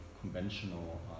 conventional